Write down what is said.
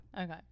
Okay